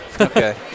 Okay